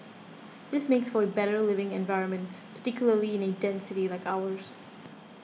this makes for a better living environment particularly in a dense city like ours